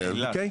אוקיי?